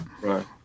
right